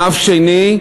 שלב שני,